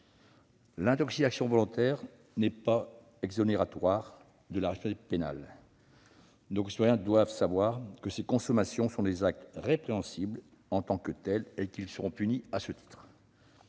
l'intoxication volontaire n'est pas exonératoire de la responsabilité pénale. Nos concitoyens doivent savoir que ces consommations sont des actes répréhensibles en tant que tels, qui seront punis à ce titre.